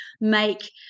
make